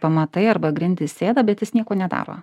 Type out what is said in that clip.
pamatai arba grindys sėda bet jis nieko nedaro